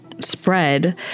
spread